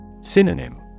Synonym